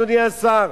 אדוני השר,